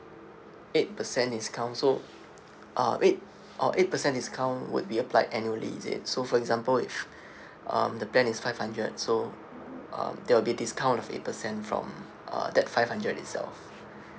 eight percent discount so uh eight orh eight percent discount would be applied annually is it so for example if um the plan is five hundred so um there'll be discount of eight percent from uh that five hundred itself